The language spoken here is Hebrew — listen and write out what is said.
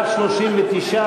התשע"ג